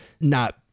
not-